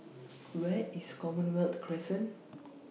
Where IS Commonwealth Crescent